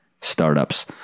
startups